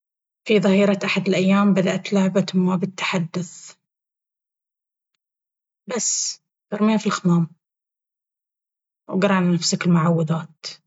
في ظهيرة أحد الأيام بدأت لعبة ما بالتحدث... بس أرميها في الخمام وأقرأ على نفسك المعوذات.